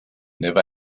never